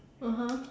(uh huh)